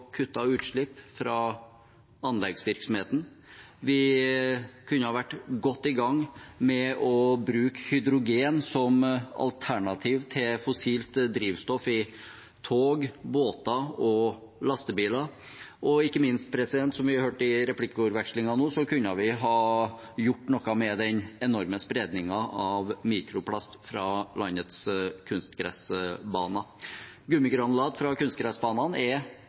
utslipp fra anleggsvirksomheten. Vi kunne ha vært godt i gang med å bruke hydrogen som alternativ til fossilt drivstoff i tog, båter og lastebiler. Og ikke minst, som vi hørte i replikkordvekslingen nå, kunne vi ha gjort noe med den enorme spredningen av mikroplast fra landets kunstgressbaner. Gummigranulat fra kunstgressbanene er